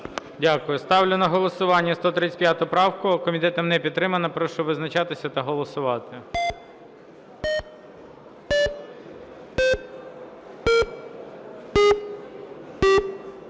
Дякую. Ставлю на голосування 135 правку. Комітетом не підтримана. Прошу визначатися та голосувати.